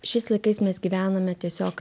šiais laikais mes gyvename tiesiog